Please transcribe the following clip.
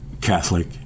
Catholic